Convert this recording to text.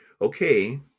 Okay